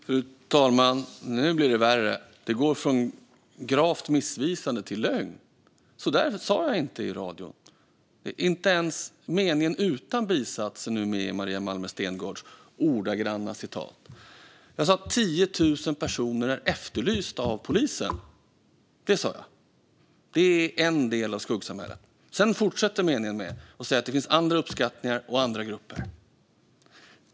Fru talman! Nu blir det värre. Det går från gravt missvisande till lögn. Så där sa jag inte i radion. Inte ens meningen utan bisats är nu med i Maria Malmer Stenergards "ordagranna" citat. Jag sa att 10 000 personer är efterlysta av polisen. Det var vad jag sa. Det är en del av skuggsamhället. Sedan fortsätter jag meningen med att säga att det finns andra uppskattningar och andra grupper.